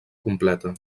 completa